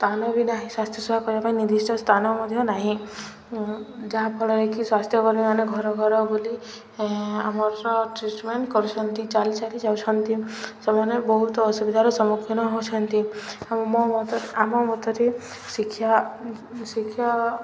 ସ୍ଥାନ ବି ନାହିଁ ସ୍ୱାସ୍ଥ୍ୟ ସେବା କରିବା ପାଇଁ ନିର୍ଦ୍ଦିଷ୍ଟ ସ୍ଥାନ ମଧ୍ୟ ନାହିଁ ଯାହାଫଳରେ କିି ସ୍ୱାସ୍ଥ୍ୟ ମାନେ ଘର ଘର ବୁଲି ଆମର ଟ୍ରିଟମେଣ୍ଟ କରୁଛନ୍ତି ଚାଲି ଚାଲି ଯାଉଛନ୍ତି ସେମାନେ ବହୁତ ଅସୁବିଧାର ସମ୍ମୁଖୀନ ହଉଛନ୍ତି ଆଉ ମୋ ମତରେ ଆମ ମତରେ ଶିକ୍ଷା ଶିକ୍ଷା